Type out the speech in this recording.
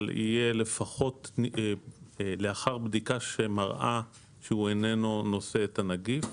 אבל יהיה לפחות לאחר בדיקה שמראה שהוא איננו נושא את הנגיף.